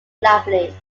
lovely